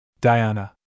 Diana